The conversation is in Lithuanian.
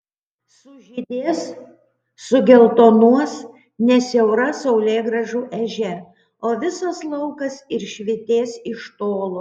sužydės sugeltonuos ne siaura saulėgrąžų ežia o visas laukas ir švytės iš tolo